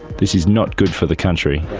this is not good for the country.